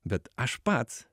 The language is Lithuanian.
bet aš pats